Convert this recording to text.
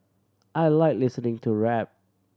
I like listening to rap